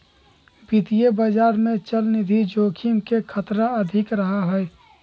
वित्तीय बाजार में चलनिधि जोखिम के खतरा अधिक रहा हई